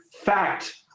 fact